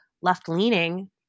left-leaning